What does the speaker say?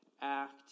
act